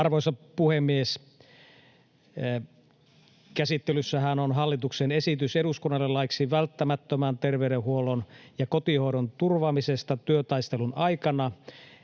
Arvoisa puhemies! Käsittelyssähän on hallituksen esitys eduskunnalle laiksi välttämättömän terveydenhuollon ja kotihoidon turvaamisesta työtaistelun aikana,